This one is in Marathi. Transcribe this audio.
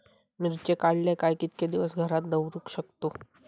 मिर्ची काडले काय कीतके दिवस घरात दवरुक शकतू?